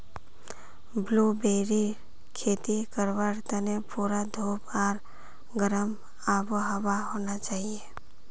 ब्लूबेरीर खेती करवार तने पूरा धूप आर गर्म आबोहवा होना चाहिए